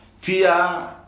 Tia